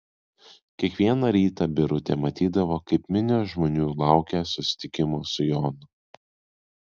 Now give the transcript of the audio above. kiekvieną rytą birutė matydavo kaip minios žmonių laukia susitikimo su jonu